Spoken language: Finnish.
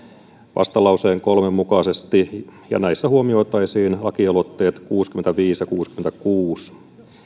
vastalauseen kolme mukaisesti ja näissä huomioitaisiin lakialoitteet kuusikymmentäviisi ja kuusikymmentäkuusi